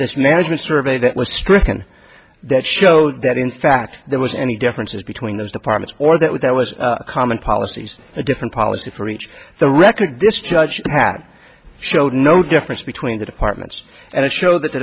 this management survey that was stricken that showed that in fact there was any differences between those departments or that there was a common policies a different policy for each the record this judge had showed no difference between the departments and show that the